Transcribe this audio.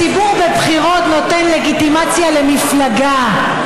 הציבור בבחירות נותן לגיטימציה למפלגה.